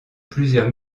plusieurs